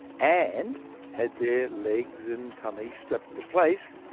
and had their legs and tummy strapped into place,